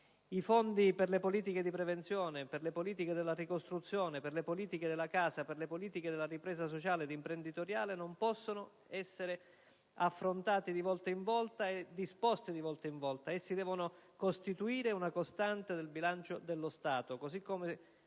I fondi per le politiche di prevenzione, per le politiche della ricostruzione, per le politiche della casa, per le politiche della ripresa sociale ed imprenditoriale non possono essere disposti di volta in volta. Essi devono costituire una costante del bilancio dello Stato, così come